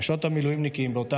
נשות המילואימניקים מאז ועד היום,